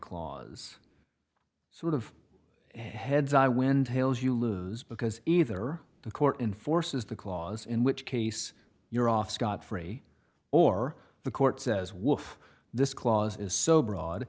clause sort of heads i win tails you lose because either the court enforces the clause in which case you're off scot free or the court says wolf this clause is so broad